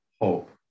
hope